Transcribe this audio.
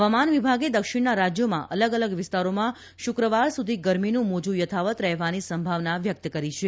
હવામાન વિભાગે દક્ષિણના રાજ્યોમાં અલગ અલગ વિસ્તારોમાં શુક્રવાર સુધી ગરમીનું મોજુ યથાવત્ રહેવાની સંભાવના વ્યક્ત કરી છે